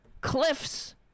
cliffs